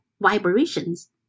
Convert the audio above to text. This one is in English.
vibrations